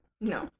no